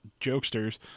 jokesters